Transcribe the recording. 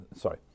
sorry